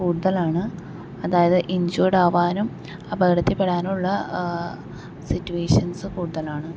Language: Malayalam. കൂടുതലാണ് അതായത് ഇഞ്ച്വേഡ് ആകാനും അപകടത്തിപ്പെടാനും ഉള്ള സിറ്റുവേഷൻസ് കൂടുതലാണ്